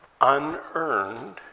unearned